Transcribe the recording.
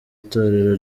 itorero